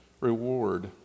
reward